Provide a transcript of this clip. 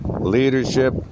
Leadership